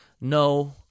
no